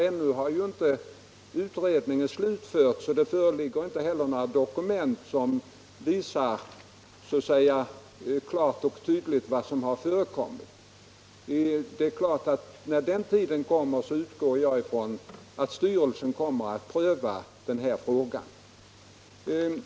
Ännu har ju inte ut redningen slutförts och det föreligger inte några dokument som klart och tydligt visar vad som förekommit, men när den tiden kommer och allt blivit klarlagt utgår jag ifrån att styrelsen kommer att pröva den här frågan.